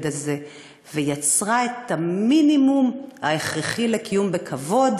הזה ויצרה את המינימום ההכרחי לקיום בכבוד,